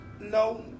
No